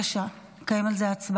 בבקשה, נקיים על זה הצבעה.